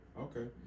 Okay